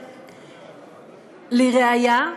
לראיה,